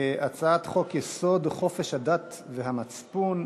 הצעת חוק-יסוד: חופש הדת והמצפון,